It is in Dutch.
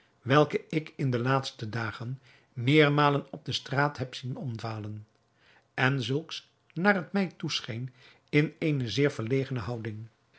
welke ik in de laatste dagen meermalen op de straat heb zien omdwalen en zulks naar het mij toescheen in eene zeer verlegene houding